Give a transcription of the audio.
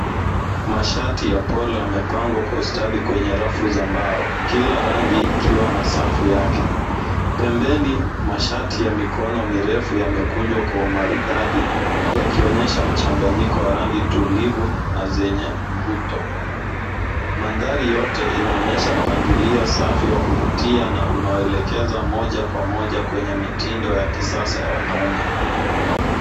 Mashati ya Polo yamepangwa kwa ustadi kwenye rafu za mbao. Kila rangi ikiwa na safu yake. Pembeni, mashati ya mikono mirefu yamekunjwa kwa umaridadi, yakionyesha mchanganyiko wa rangi tulivu na zenye mvuto. Mandhari yote inaonyesha mpangilio safi wa kuvutia na unaoelekeza moja kwa moja kwenye mitindo ya kisasa ya wanaume.